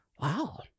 Wow